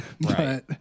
Right